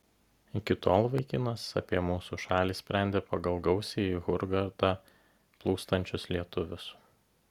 iki tol vaikinas apie mūsų šalį sprendė pagal gausiai į hurgadą plūstančius lietuvius